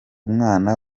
mwana